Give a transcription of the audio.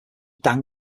dan